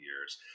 years